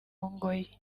ngoyi